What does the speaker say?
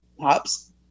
Pops